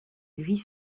gris